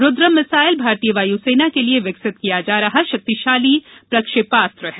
Rudram missile भारतीय वायसेना के लिए विकसित किया जा रहा शक्तिशाली प्रेक्षेपास्त्र है